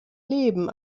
leben